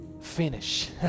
finish